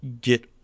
get